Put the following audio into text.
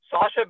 Sasha